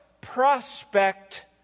prospect